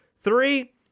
three